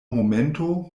momento